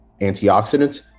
antioxidants